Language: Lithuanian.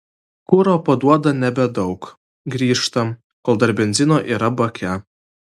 kuro paduoda nebedaug grįžtam kol dar benzino yra bake